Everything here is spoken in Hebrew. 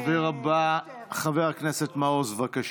הדובר הבא, חבר הכנסת מעוז, בבקשה.